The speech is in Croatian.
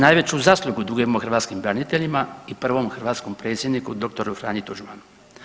Najveću zaslugu dugujemo hrvatskim braniteljima i prvom hrvatskom predsjedniku dr. Franji Tuđmanu.